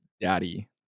Daddy